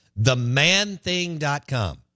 themanthing.com